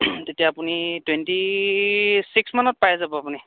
তেতিয়া আপুনি টুৱেণ্টি ছিক্সমানত পাই যাব আপুনি